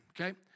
okay